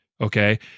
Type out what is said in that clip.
Okay